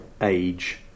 age